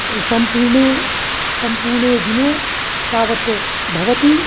सम्पूर्णे सम्पूर्णे दिने तावत् भवति